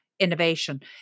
innovation